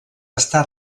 està